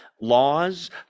laws